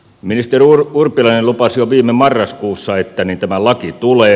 ministeri urpilainen lupasi jo viime marraskuussa että tämä laki tulee